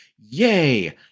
Yay